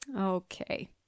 Okay